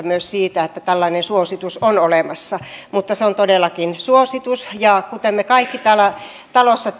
myös valmisteluvaiheessa siitä että tällainen suositus on olemassa mutta se on todellakin suositus kuten me kaikki täällä talossa